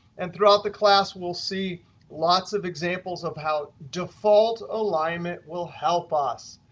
and throughout the class, we'll see lots of examples of how default alignment will help us.